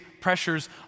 pressures